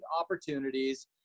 opportunities